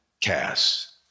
cast